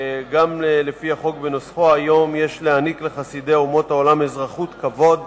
גם לפי החוק בנוסחו היום יש "להעניק לחסידי אומות העולם אזרחות כבוד,